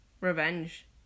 revenge